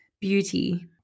Beauty